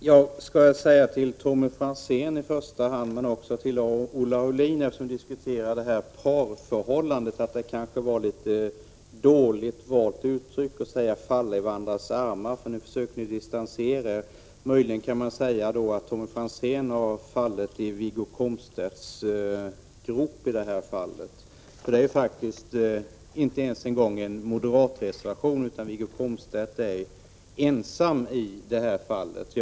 Herr talman! Jag vill i första hand till Tommy Franzén men också till Olle — 1 juni 1987 Aulin säga att det kanske var ett illa valt uttryck jag valde när jag sade att ni fallit i varandras armar, eftersom ni nu försöker distansera er från varandra. Möjligen kan man säga att Tommy Franzén i det här fallet har fallit i Wiggo Komstedts grop. Det är faktiskt inte ens en moderat reservation, utan Wiggo Komstedt är i det här fallet ensam.